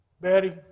Betty